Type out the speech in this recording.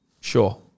sure